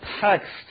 text